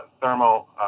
thermal